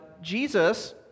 Jesus